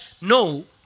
no